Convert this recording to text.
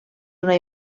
una